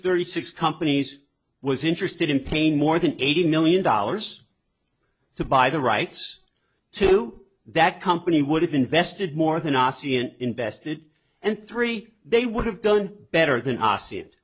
thirty six companies was interested in paying more than eighteen million dollars to buy the rights to that company would have invested more than r c and invested and three they would have done better than us it